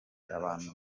abantu